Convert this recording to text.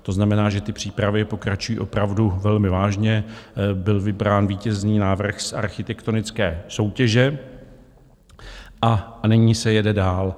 To znamená, že ty přípravy pokračují opravdu velmi vážně, byl vybrán vítězný návrh z architektonické soutěže a nyní se jede dál.